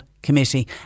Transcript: committee